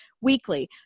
weekly